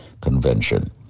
Convention